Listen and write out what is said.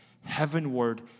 heavenward